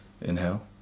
inhale